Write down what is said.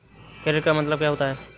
Credit का मतलब क्या होता है?